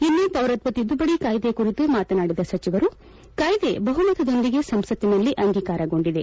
ಇನ್ನು ಪೌರತ್ವ ತಿದ್ದುಪಡಿ ಕಾಯ್ದೆ ಕುರಿತು ಮಾತನಾಡಿದ ಸಚವರು ಕಾಯ್ದೆ ಬಹುಮತದೊಂದಿಗೆ ಸಂಸತ್ತಿನಲ್ಲಿ ಅಂಗೀಕಾರಗೊಂಡಿದೆ